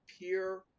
peer